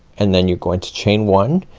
and then you're going to chain one,